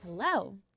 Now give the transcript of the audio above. Hello